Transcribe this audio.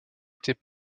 était